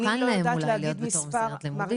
מסוכן להם אולי להיות בתוך מסגרת לימודית.